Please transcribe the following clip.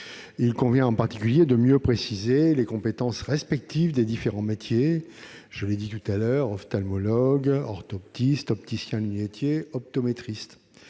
Il convient en particulier de mieux préciser les compétences respectives des différents métiers- ophtalmologiste, orthoptiste, opticien-lunettier, optométriste